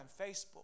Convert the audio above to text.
Facebook